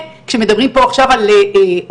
וכשמדברים פה עכשיו על הוזלה,